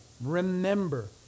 Remember